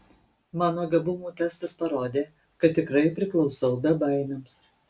mano gabumų testas parodė kad tikrai priklausau bebaimiams